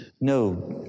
No